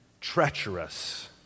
treacherous